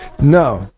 no